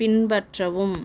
பின்பற்றவும்